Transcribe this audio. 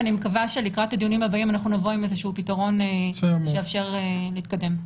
ואני מקווה שלקראת הדיונים הבאים נבוא עם פתרון שיאפשר להתקדם.